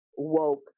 Woke